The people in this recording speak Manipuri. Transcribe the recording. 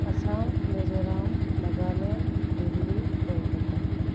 ꯑꯁꯥꯝ ꯃꯤꯖꯣꯔꯥꯝ ꯅꯥꯒꯥꯂꯦꯟ ꯗꯤꯜꯂꯤ ꯀꯣꯜꯀꯇꯥ